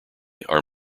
are